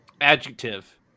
adjective